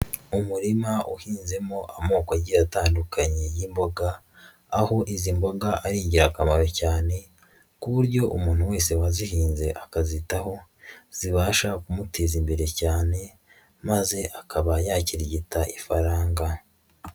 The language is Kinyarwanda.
Amurima uhinzemo amoko agiye atandukanye y'imboga, aho izi mboga ari ingirakamaro cyane, ku buryo umuntu wese wazihinze akazitaho, zibasha kumuteza imbere cyane maze akaba yakirigita ifaranga.